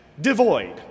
devoid